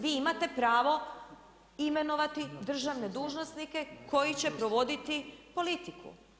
Vi imate pravo imenovati držane dužnosnike koji će provoditi politiku.